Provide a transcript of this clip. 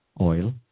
oil